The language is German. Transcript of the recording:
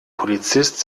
polizist